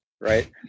Right